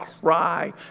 cry